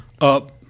up